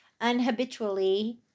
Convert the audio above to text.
unhabitually